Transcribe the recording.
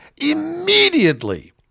immediately